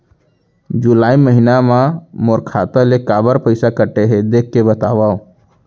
जुलाई महीना मा मोर खाता ले काबर पइसा कटे हे, देख के बतावव?